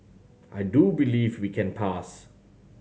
I do believe we can pass